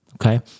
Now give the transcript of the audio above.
Okay